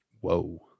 Whoa